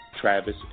Travis